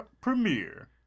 premiere